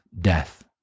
death